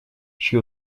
чьи